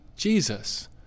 Jesus